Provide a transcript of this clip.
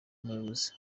umuyobozi